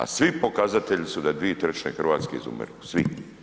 A svi pokazatelj su da dvije trećine Hrvatske izumiru, svi.